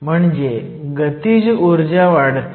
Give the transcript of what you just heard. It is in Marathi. म्हणजे गतीज ऊर्जा वाढते